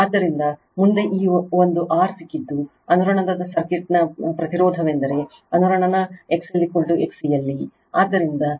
ಆದ್ದರಿಂದ ಮುಂದೆ ಈ ಒಂದು R ಸಿಕ್ಕಿದ್ದು ಅನುರಣನದ ಸರ್ಕ್ಯೂಟ್ನ ಪ್ರತಿರೋಧವೆಂದರೆ ಅನುರಣನ XLXC ಯಲ್ಲಿ ಆದ್ದರಿಂದ Z R ಅದು 56